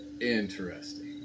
Interesting